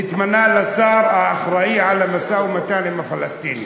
נתמנה לשר האחראי למשא-ומתן עם הפלסטינים,